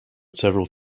several